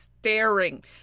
staring